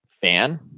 fan